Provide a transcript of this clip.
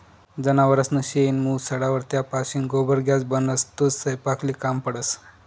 जनावरसनं शेण, मूत सडावर त्यापाशीन गोबर गॅस बनस, तो सयपाकले काम पडस